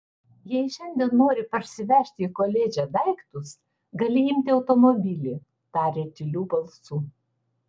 jei šiandien nori parsivežti į koledžą daiktus gali imti automobilį tarė tyliu balsu